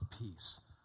peace